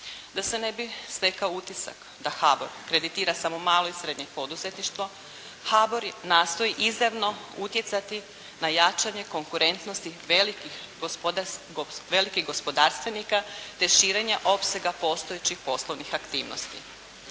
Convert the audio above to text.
Da se ne bi stekao utisak da HBOR kreditira samo malo i srednje poduzetništvo HBOR nastoji izravno utjecati na jačanje konkurentnosti velikih gospodarstvenika, te širenja opsega postojećih poslovnih aktivnosti.